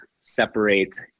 separate